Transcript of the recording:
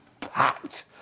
Packed